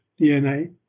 DNA